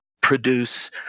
produce